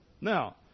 Now